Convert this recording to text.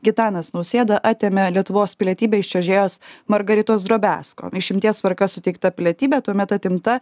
gitanas nausėda atėmė lietuvos pilietybę iš čiuožėjos margaritos drobesko išimties tvarka suteikta pilietybė tuomet atimta